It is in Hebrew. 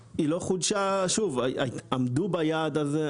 שוב, עמדו ביעד הזה.